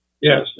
yes